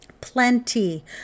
plenty